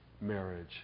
marriage